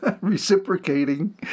reciprocating